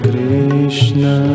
Krishna